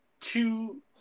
two